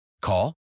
Call